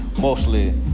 mostly